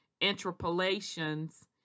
interpolations